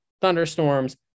thunderstorms